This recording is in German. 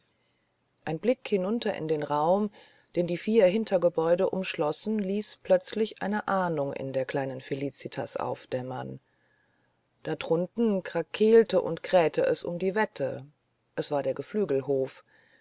ein blick hinunter in den raum den die vier hintergebäude umschlossen ließ plötzlich eine ahnung in der kleinen felicitas aufdämmern da drunten krakeelte und krähte es um die wette es war der geflügelhof